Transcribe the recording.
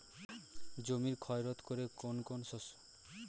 জমির ক্ষয় রোধ করে কোন কোন শস্য?